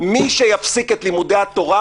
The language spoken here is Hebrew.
מי שיפסיק את לימוד התורה,